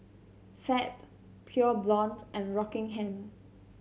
Fab Pure Blonde and Rockingham